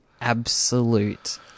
absolute